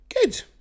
Good